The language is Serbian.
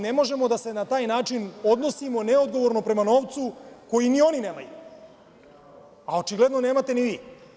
Ne možemo na taj način da se odnosimo neodgovorno prema novcu koji ni oni nemaju, a očigledno nemate ni vi.